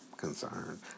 concerned